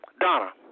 Donna